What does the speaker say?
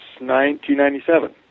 1997